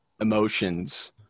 emotions